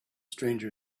stranger